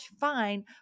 fine